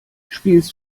spielst